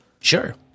Sure